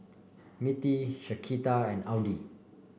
Mittie Shaquita and Audy